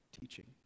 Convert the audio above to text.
teaching